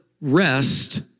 rest